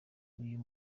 uyu